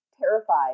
terrified